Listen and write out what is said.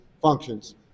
functions